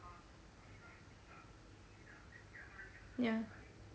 ya